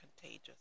contagious